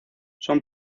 son